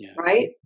right